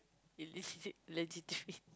you list it legitedly